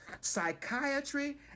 Psychiatry